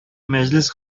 мәҗлес